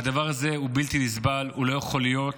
והדבר הזה הוא בלתי נסבל, הוא לא יכול להיות,